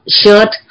shirt